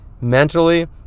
mentally